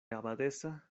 abadesa